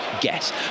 guess